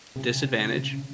disadvantage